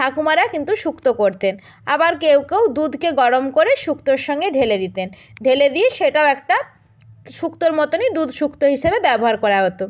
ঠাকুমারা কিন্তু সুক্ত করতেন আবার কেউ কেউ দুধকে গরম করে সুক্তর সঙ্গে ঢেলে দিতেন ঢেলে দিয়ে সেটাও একটা সুক্তর মতোনই দুধ সুক্ত হিসেবে ব্যবহার করা হতো